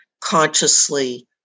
consciously